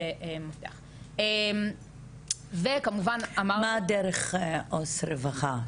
מה דרך העו"ס רווחה?